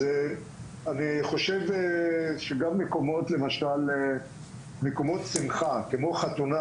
אני חושב שגם מקומות שמחה כמו חתונה